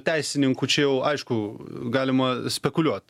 teisininkų čia jau aišku galima spekuliuot